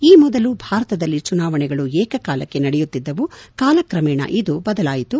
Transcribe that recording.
ಈ ಮೊದಲು ಭಾರತದಲ್ಲಿ ಚುನಾವಣೆಗಳು ಏಕ ಕಾಲಕ್ಷೆ ನಡೆಯುತ್ತಿದ್ದವು ಕಾಲಕ್ರಮೇಣ ಇದು ಬದಲಾಯಿತು